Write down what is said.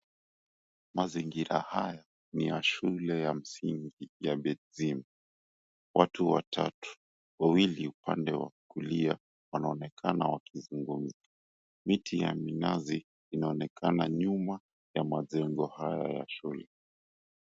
Mazingira haya ni ya shule ya msingi ya BEDZIMBA. Watu watatu, wawili upande wa kulia wanaonekana wakizungumza. Mitinya minazi yanaonekana nyuma ya majengo haya ya shule.